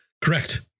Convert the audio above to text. Correct